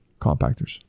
compactors